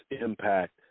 impact